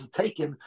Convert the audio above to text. taken